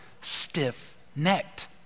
stiff-necked